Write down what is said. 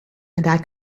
and